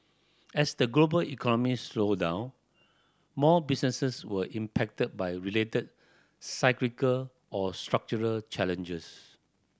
as the global economy slow down more businesses were impacted by related cyclical or structural challenges